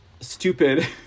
stupid